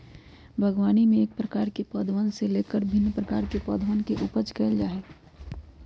बागवानी में एक प्रकार के पौधवन से लेकर भिन्न प्रकार के पौधवन के उपज कइल जा हई